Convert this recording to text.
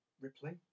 Ripley